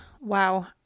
wow